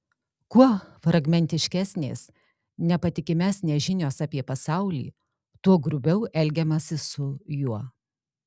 kuo fragmentiškesnės nepatikimesnės žinios apie pasaulį tuo grubiau elgiamasi su juo